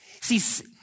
See